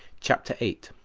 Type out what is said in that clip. chapter eight.